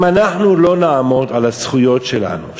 אם אנחנו לא נעמוד על הזכויות שלנו,